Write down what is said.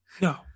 No